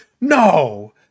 no